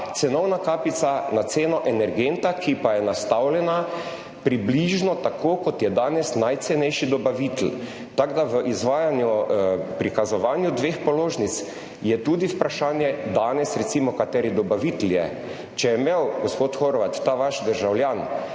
cenovna kapica na ceno energenta, ki pa je nastavljena približno tako, kot je [cena] danes najcenejšega dobavitelja. Tako da je v današnjem prikazovanju dveh položnic tudi vprašanje, kateri dobavitelj je. Če je imel, gospod Horvat, ta vaš državljan